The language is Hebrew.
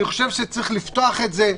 אני חושב שצריך לפתוח את זה,